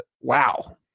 wow